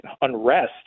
unrest